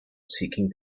seeking